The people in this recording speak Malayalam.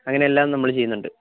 അങ്ങനെയെല്ലാം നമ്മൾ ചെയ്യുന്നുണ്ട്